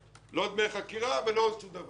לא דמי חכירה ולא שום דבר,